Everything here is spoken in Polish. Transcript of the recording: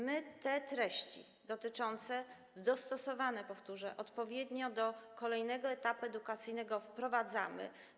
My te treści, dostosowane, powtórzę, odpowiednio do kolejnego etapu edukacyjnego, wprowadzamy.